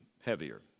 heavier